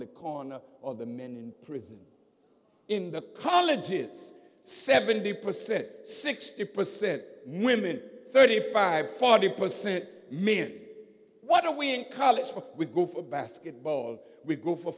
the corner or the men in prison in the college it's seventy percent sixty percent women thirty five forty percent what are we in college we go for basketball we go for